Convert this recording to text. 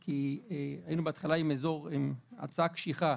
כי היינו בהתחלה עם הצעה קשיחה,